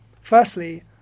Firstly